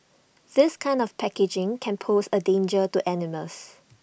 this kind of packaging can pose A danger to animals